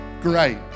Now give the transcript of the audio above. Great